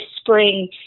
spring